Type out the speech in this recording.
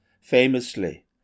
famously